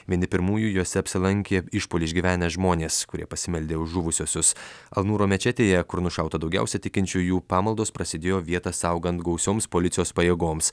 vieni pirmųjų juose apsilankė išpuolį išgyvenę žmonės kurie pasimeldė už žuvusiuosius al nuro mečetėje kur nušauta daugiausia tikinčiųjų pamaldos prasidėjo vietą saugant gausioms policijos pajėgoms